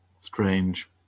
Strange